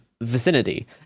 vicinity